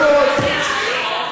יפה מאוד.